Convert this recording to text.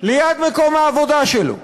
ליד מקום העבודה שלו.